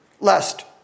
lest